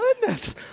goodness